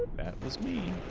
that was me